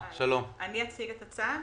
אציג את הצו.